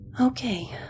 Okay